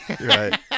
Right